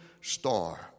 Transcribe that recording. star